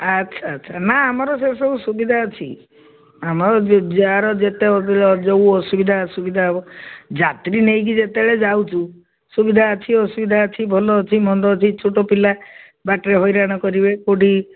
ଆଚ୍ଛା ଆଚ୍ଛା ନା ଆମର ସେସବୁ ସୁବିଧା ଅଛି ଆମର ଯାହାର ଯେତେ ଯେଉଁ ଅସୁବିଧା ଅସୁବିଧା ହବ ଯାତ୍ରୀ ନେଇକି ଯେତେବେଳେ ଯାଉଛୁ ସୁବିଧା ଅଛି ଅସୁବିଧା ଅଛି ଭଲ ଅଛି ମନ୍ଦ ଅଛି ଛୋଟ ପିଲା ବାଟରେ ହଇରାଣ କରିବେ କେଉଁଠି